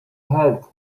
had